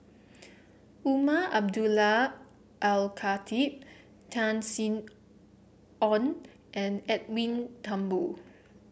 Umar Abdullah Al Khatib Tan Sin Aun and Edwin Thumboo